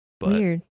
Weird